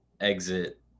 exit